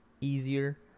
easier